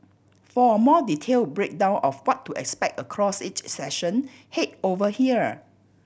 for a more detailed breakdown of what to expect across each session head over here